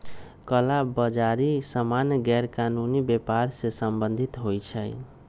कला बजारि सामान्य गैरकानूनी व्यापर से सम्बंधित होइ छइ